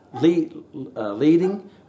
Leading